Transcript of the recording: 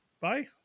Bye